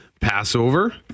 Passover